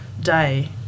day